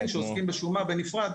יש עורכי דין שעוסקים בשומה בנפרד.